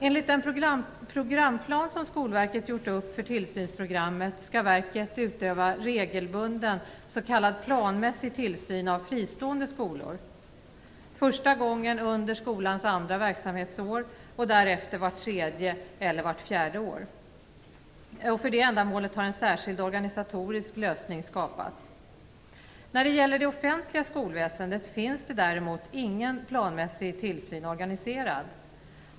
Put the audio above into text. Enligt den programplan som Skolverket gjort upp för tillsynsprogrammet skall verket utöva regelbunden, s.k. planmässig, tillsyn av fristående skolor, första gången under skolans andra verksamhetsår och därefter vart tredje eller vart fjärde år. För det ändamålet har en särskild organisatorisk lösning skapats. När det gäller det offentliga skolväsendet finns däremot ingen planmässig tillsyn organiserad.